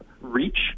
Reach